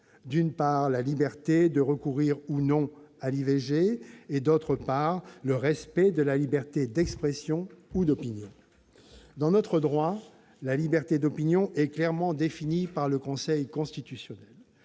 d'une part, la liberté de recourir ou non à l'IVG, de l'autre, le respect de la liberté d'expression et d'opinion. Dans notre droit, la liberté d'opinion est clairement définie par le Conseil constitutionnel.